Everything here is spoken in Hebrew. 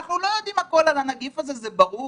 אנחנו לא יודעים הכול על הנגיף הזה, זה ברור.